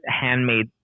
handmade